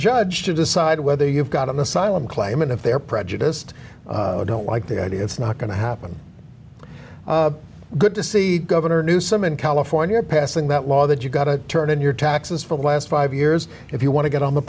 judge to decide whether you've got an asylum claim and if they are prejudiced or don't like the idea it's not going to happen good to see governor new some in california passing that law that you got to turn in your taxes for the last five years if you want to get on the